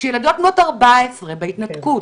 כשילדות בנות 14 בהתנתקות,